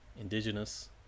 indigenous